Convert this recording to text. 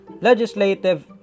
legislative